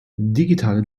digitale